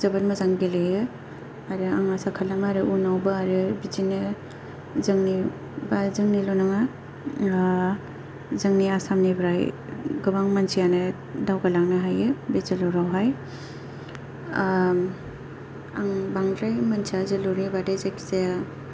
जोबोर मोजां गेलेयो आरो आं आसा खालामो आरो उनावबो आरो बिदिनो जोंनि बा जोंनिल' नङा जोंनि आसामनिफ्राय गोबां मानसियानो दावगा लांनो हायो बे जोलुराव हाय आं बांद्राय मोनथिया जोलुरनि बादै जाखि जाया